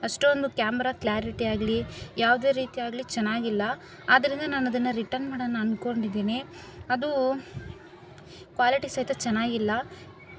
ಅಷ್ಟೊಂದು camera clarity ಆಗಲಿ ಯಾವ್ದೇ ರೀತಿ ಆಗಲಿ ಚೆನ್ನಾಗಿಲ್ಲ ಆದ್ದರಿಂದ ನಾನು ಅದನ್ನು ರಿಟರ್ನ್ ಮಾಡೋಣ ಅಂದ್ಕೊಂಡಿದ್ದೀನಿ ಅದು ಕ್ವಾಲಿಟಿ ಸಹಿತ ಚೆನ್ನಾಗಿಲ್ಲ